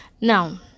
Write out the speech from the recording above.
Now